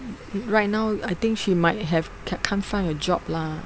r~ right now I think she might have ca~ can't find a job lah